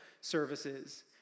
services